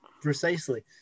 Precisely